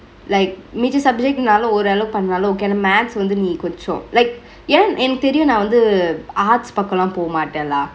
like major subject னாலு ஒரு அளவு பன்னாலு:naalu oru alavu panaalu okay ஆனா:aana maths வந்து நீ கொஞ்சொ:vanthu nee konjo like ஏனா எனக்கு தெரியு நா வந்து:yenaa enaku teriyu naa vanthu arts பக்கொலா போ மாட்டெலா:pakkolaa po mattelaa